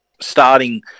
starting